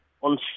on